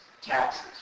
taxes